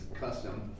custom